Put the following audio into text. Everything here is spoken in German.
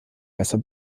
besser